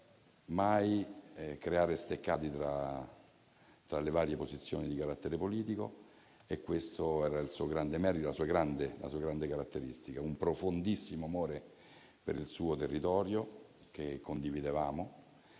mai creare steccati tra le varie posizioni di carattere politico. Questo era il suo grande merito, la sua grande caratteristica. Aveva un profondissimo amore per il suo territorio, che condividevamo.